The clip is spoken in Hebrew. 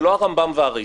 זה לא הרמב"ם ואריסטו,